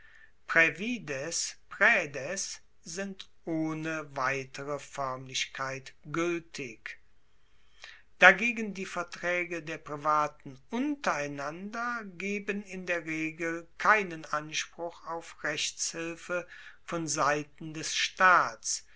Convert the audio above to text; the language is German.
sind ohne weitere foermlichkeit gueltig dagegen die vertraege der privaten untereinander geben in der regel keinen anspruch auf rechtshilfe von seiten des staats